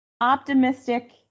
optimistic